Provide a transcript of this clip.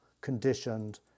conditioned